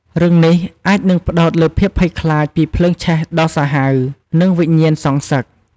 រឿងនេះអាចនឹងផ្ដោតលើភាពភ័យខ្លាចពីភ្លើងឆេះដ៏សាហាវ និងវិញ្ញាណសងសឹក។